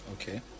Okay